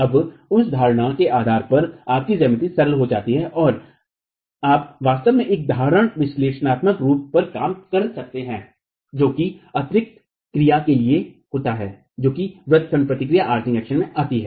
अब उस धारणा के आधार पर आपकी ज्यामिति सरल हो जाती है और आप वास्तव में एक साधारण विश्लेषणात्मक रूप पर काम कर सकते हैं जो कि अतिरिक्त क्रिया के लिए होता है जो कि व्रत खंड प्रतिक्रिया से आती है